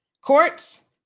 Courts